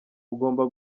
ugomba